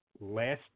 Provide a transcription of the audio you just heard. last